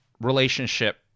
relationship